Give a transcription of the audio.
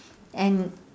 and